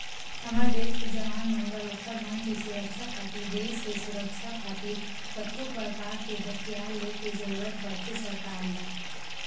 हमर देस के जवान मन बर ओखर मन के सुरक्छा खातिर देस के सुरक्छा खातिर कतको परकार के हथियार ले के जरुरत पड़थे सरकार ल